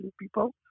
people